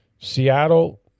seattle